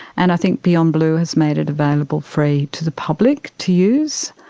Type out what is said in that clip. and i think beyond blue has made it available free to the public to use.